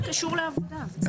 אלה שתי האופציות.